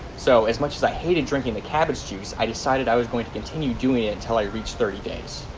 so as much as i hated drinking the cabbage juice i decided i was going to continue doing it until i reached thirty days.